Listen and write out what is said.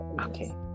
Okay